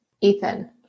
Ethan